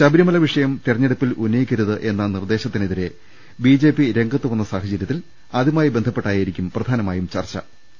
ശബരിമല വിഷയം തെരഞ്ഞെടുപ്പിൽ ഉന്നയിക്കരുതെന്ന നിർദേശത്തിനെതിരെ ബിജെപി രംഗത്തു വന്ന സാഹചര്യത്തിൽ അതുമായി ബന്ധപ്പെ ട്ടായിരിക്കും പ്രധാനമായും ചർച്ചു